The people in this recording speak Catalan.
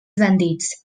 bandits